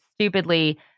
stupidly